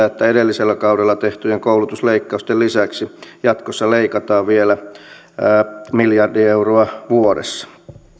että edellisellä kaudella tehtyjen koulutusleikkausten lisäksi jatkossa leikataan vielä miljardi euroa vuodessa